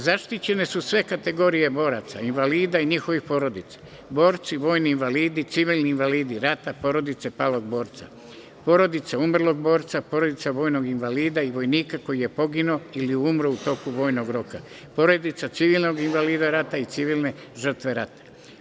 Zaštićene su sve kategorije boraca, invalida i njihovih porodica, borci, vojni invalidi, civilni invalidi rata, porodice palog borca, porodice umrlog borca, porodice vojnog invalida i vojnika koji je poginuo ili umro u toku vojnog roka, porodica civilnog invalida rata i civilne žrtve rata.